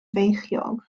feichiog